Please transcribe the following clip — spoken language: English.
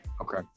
okay